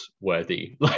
worthy